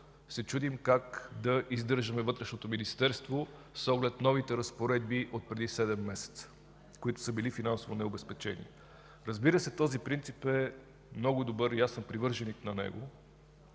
се чудим как да издържаме Вътрешното министерство с оглед на новите разпоредби от преди седем месеца, които са били финансово необезпечени. Разбира се, този принцип е много добър. Аз съм негов привърженик.